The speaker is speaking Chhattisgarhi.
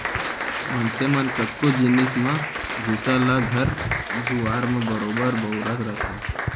मनसे मन कतको जिनिस म भूसा ल घर दुआर म बरोबर बउरत रथें